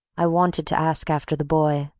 i wanted to ask after the boy,